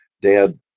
Dad